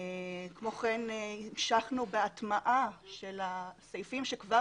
כמו כן המשכנו בהטמעה של הסעיפים שכבר